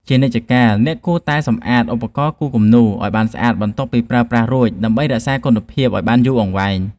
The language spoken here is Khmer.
ជានិច្ចកាលអ្នកគួរតែសម្អាតឧបករណ៍គូរគំនូរឱ្យបានស្អាតបន្ទាប់ពីប្រើប្រាស់រួចដើម្បីរក្សាគុណភាពឱ្យបានយូរអង្វែង។